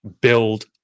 build